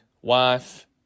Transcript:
wife